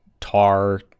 tar